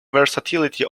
versatility